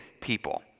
people